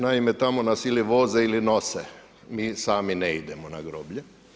Naime, tamo nas ili voze ili nose, mi sami ne idemo na groblje.